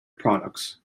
products